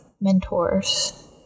Mentors